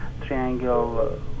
triangle